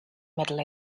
middle